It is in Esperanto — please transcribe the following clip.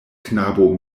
knabo